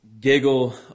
giggle